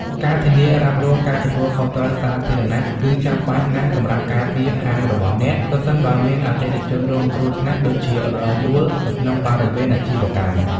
ការធានារ៉ាប់រងការទទួលខុសត្រូវសាធារណៈ គឺចាំបាច់ណាស់សម្រាប់ការពារហាងរបស់អ្នក ប្រសិនបើមានអតិថិជនរងគ្រោះថ្នាក់ (ដូចជា រអិលដួល) នៅក្នុងបរិវេណអាជីវកម្ម។